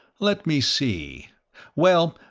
let me see well,